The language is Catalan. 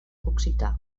occità